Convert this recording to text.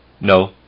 no